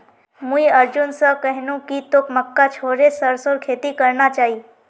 मुई अर्जुन स कहनु कि तोक मक्का छोड़े सरसोर खेती करना चाइ